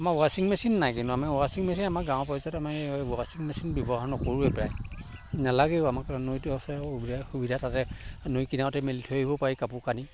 আমাৰ ৱাচিঙ মেচিন নাই কিনো আমাৰ ৱাচিঙ মেচিন আমি পৰ্যায়ত আমি গাঁৱৰ ৰ্ৱাচিঙ মেচিন ব্যৱহাৰ নকৰোৱে প্ৰায় নালাগেও আমাক নৈতো আছে আমাৰ সুবিধা তাতে নৈ কিনাৰতে মেলি থৈ আহিব পাৰি কাপোৰ কানি